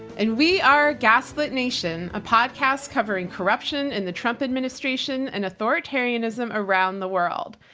and we are gaslit nation, a podcast covering corruption and the trump administration and authoritarianism around the world.